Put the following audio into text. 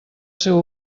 seu